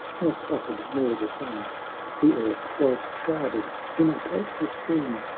nor sputtered more the suns the earth was shrouded in a pulseless dream,